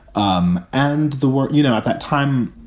um and the work, you know, at that time,